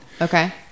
okay